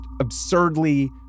absurdly